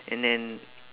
and then